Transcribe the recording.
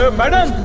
ah but